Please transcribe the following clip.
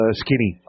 skinny